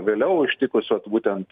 vėliau ištikus vat būtent